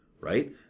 right